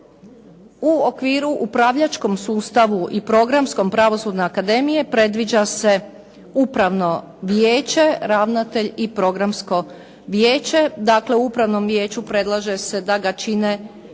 U okviru upravljačkom sustavu i programskom, Pravosudne akademije predviđa se upravno vijeće, ravnatelj i programsko vijeće. Dakle, u upravnom vijeću predlaže se da ga čine